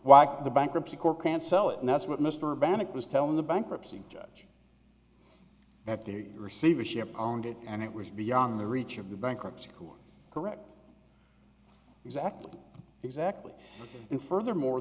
why the bankruptcy court can't sell it and that's what mr bannock was telling the bankruptcy judge that the receivership owned it and it was beyond the reach of the bankruptcy court correct exactly exactly and furthermore